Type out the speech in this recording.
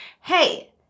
hey